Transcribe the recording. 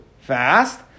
fast